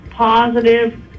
Positive